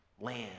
Land